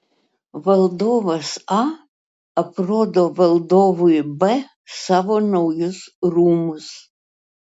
valdovas a aprodo valdovui b savo naujus rūmus